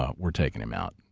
ah we're taking him out.